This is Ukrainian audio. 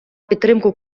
підтримку